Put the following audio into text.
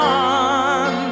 on